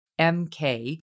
MK